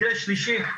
מקרה שלישי,